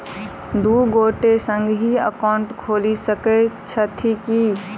दु गोटे संगहि एकाउन्ट खोलि सकैत छथि की?